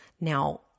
Now